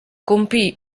compì